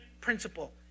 principle